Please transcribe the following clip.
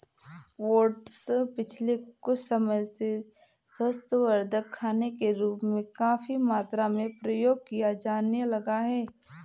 oats पिछले कुछ समय से स्वास्थ्यवर्धक खाने के रूप में काफी अधिक मात्रा में प्रयोग किया जाने लगा है